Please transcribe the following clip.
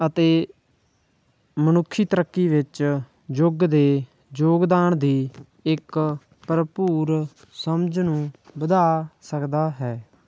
ਅਤੇ ਮਨੁੱਖੀ ਤਰੱਕੀ ਵਿੱਚ ਯੁੱਗ ਦੇ ਯੋਗਦਾਨ ਦੀ ਇੱਕ ਭਰਪੂਰ ਸਮਝ ਨੂੰ ਵਧਾ ਸਕਦਾ ਹੈ